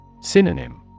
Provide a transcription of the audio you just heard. Synonym